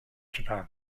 japan